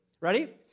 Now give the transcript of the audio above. Ready